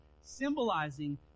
symbolizing